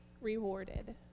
rewarded